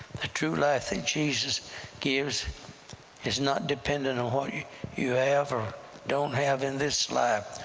the true life that jesus gives is not dependent on what you you have or don't have in this life,